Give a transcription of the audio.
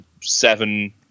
Seven